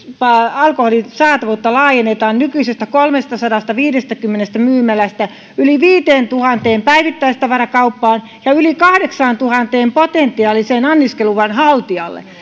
alkoholin saatavuutta laajennetaan nykyisestä kolmestasadastaviidestäkymmenestä myymälästä yli viiteentuhanteen päivittäistavarakauppaan ja yli kahdeksaantuhanteen potentiaalisen anniskeluluvan haltijalle